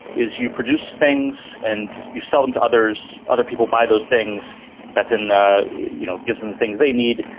is you produce things and you sell them to others. other people buy those things that then, you know, gives them the things they need.